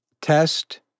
Test